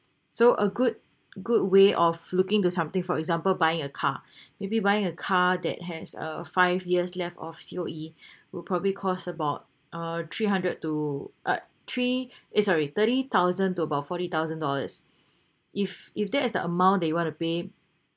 so a good good way of looking to something for example buying a car maybe buying a car that has a five years left of C_O_E will probably cost about uh three hundred to uh three eh sorry thirty thousand to about forty thousand dollars if if that is the amount that you want to pay